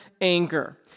anger